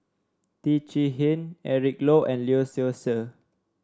Teo Chee Hean Eric Low and Lee Seow Ser